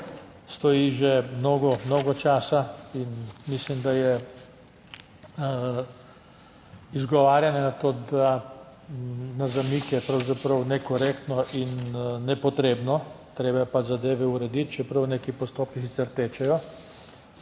mnogo, mnogo časa in mislim, da je izgovarjanje na to, da, na zamik je pravzaprav nekorektno in nepotrebno. Treba je pač zadeve urediti, čeprav neki postopki sicer tečejo.